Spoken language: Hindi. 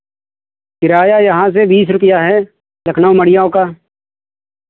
किराया यहाँ से बीस रुपैया है लखनऊ मड़ियौं का